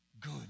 Good